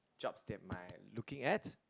jobs that might looking at